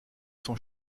son